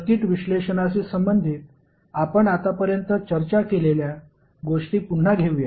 circuit विश्लेषणाशी संबंधित आपण आत्तापर्यंत चर्चा केलेल्या गोष्टी पुन्हा घेऊया